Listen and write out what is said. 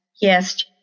Yes